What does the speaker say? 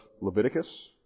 Leviticus